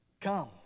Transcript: come